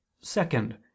Second